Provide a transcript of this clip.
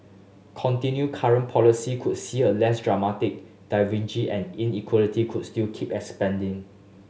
continue current policy could see a less dramatic and inequality could still keep expanding